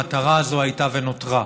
המטרה הזו הייתה ונותרה.